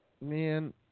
Man